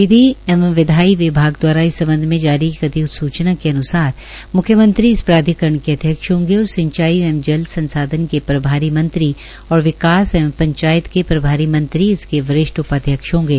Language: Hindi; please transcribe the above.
विधि एवं विधायी विभाग दवारा इस संबंध में जारी एक अधिस्चना के अनुसार मुख्यमंत्री इस प्राधिकरण के अध्यक्ष होंगे और सिंचाई एवं जल संसाधन के प्रभारी मंत्री और विकास एवं पंचायत के प्रभारी मंत्री इसके वरिष्ठ उपाध्यक्ष होंगे